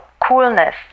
coolness